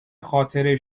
خاطره